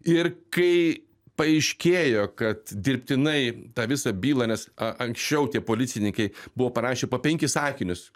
ir kai paaiškėjo kad dirbtinai tą visą bylą nes anksčiau tie policininkai buvo parašę po penkis sakinius